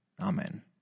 Amen